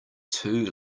two